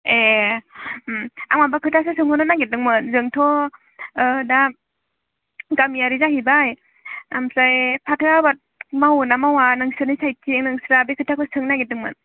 ए ओम आं माबा खोथासो सोंहरनो नागिरदोंमोन जोंथ' ओ दा गामियारि जाहैबाय ओमफ्राय फाथो आबाद मावो ना मावा नोंसोरनि सायड थिं नोंस्रा बे खोथाखो सोंनो नागिरदोंमोन